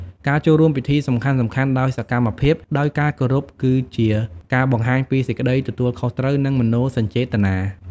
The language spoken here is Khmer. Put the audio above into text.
ការចូលរួមពិធីសំខាន់ៗដោយសកម្មភាព ដោយការគោរព គឺជាការបង្ហាញពីសេចក្ដីទទួលខុសត្រូវ និងមនោសញ្ចេតនា។